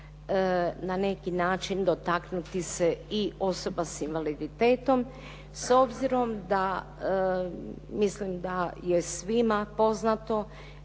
na neki način dotaknuti se i osoba s invaliditetom s obzirom da mislim da je svima poznato